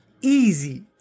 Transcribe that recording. easy